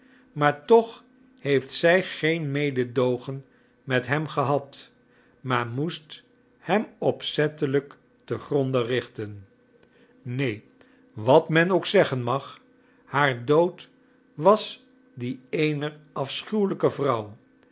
maar toch heeft zij geen mededoogen met hem gehad maar moest hem opzettelijk te gronde richten neen wat men ook zeggen mag haar dood was die eener afschuwelijke vrouw